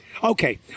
Okay